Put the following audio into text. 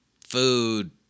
food